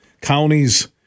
counties